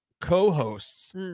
co-hosts